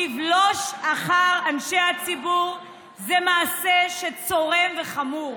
לבלוש אחר אנשי הציבור זה מעשה צורם וחמור.